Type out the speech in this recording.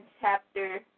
chapter